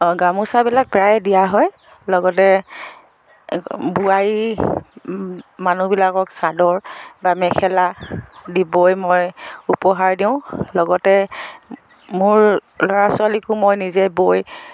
অঁ গামোচাবিলাক প্ৰায়ে দিয়া হয় লগতে বোৱৰী মানুহবিলাকক চাদৰ বা মেখেলা দি বৈ মই উপহাৰ দিওঁ লগতে মোৰ ল'ৰা ছোৱলীকো মই নিজেই বৈ